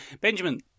Benjamin